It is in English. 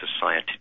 society